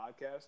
podcast